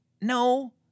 no